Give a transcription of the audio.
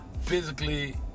physically